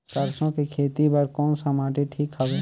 सरसो के खेती बार कोन सा माटी ठीक हवे?